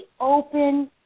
open